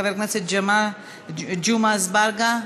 חבר הכנסת ג'מעה אזברגה,